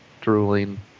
drooling